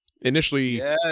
Initially